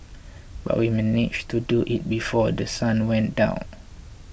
but we managed to do it before The Sun went down